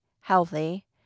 healthy